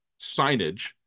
signage